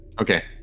Okay